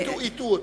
הטעו אותנו.